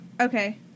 Okay